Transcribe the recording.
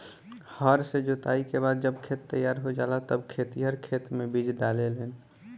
हर से जोताई के बाद जब खेत तईयार हो जाला तब खेतिहर खेते मे बीज डाले लेन